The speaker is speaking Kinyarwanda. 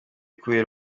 kubera